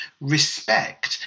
respect